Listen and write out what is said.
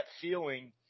feeling